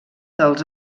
dels